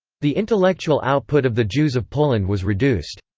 the intellectual output of the jews of poland was reduced.